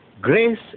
grace